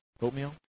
Oatmeal